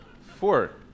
Four